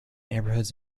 neighborhoods